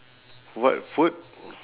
what food